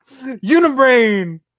Unibrain